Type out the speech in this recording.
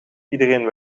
iedereen